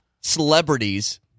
celebrities